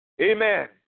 Amen